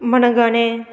मणगणें